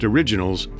Originals